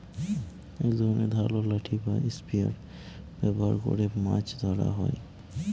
এক ধরনের ধারালো লাঠি বা স্পিয়ার ব্যবহার করে মাছ ধরা হয়